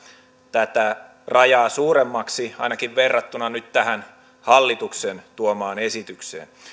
tätä rajaa suuremmaksi ainakin verrattuna nyt tähän hallituksen tuomaan esitykseen